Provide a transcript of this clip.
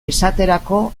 esaterako